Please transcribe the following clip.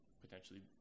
potentially